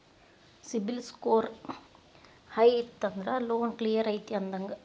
CIBIL score high ಇತ್ತಂದ್ರ loan clear ಐತಿ ಅಂದಂಗ